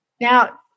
Now